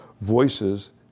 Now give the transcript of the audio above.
voices